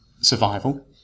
survival